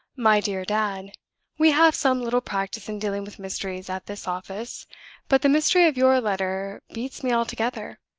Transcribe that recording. my dear dad we have some little practice in dealing with mysteries at this office but the mystery of your letter beats me altogether.